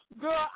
Girl